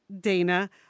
Dana